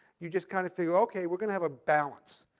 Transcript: you just kind of figured, ok, we're going to have a balance.